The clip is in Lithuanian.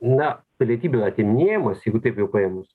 na pilietybių atiminėjimas jeigu taip jau paėmus